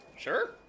Sure